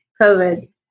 COVID